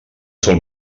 sol